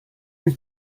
was